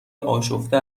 آشفته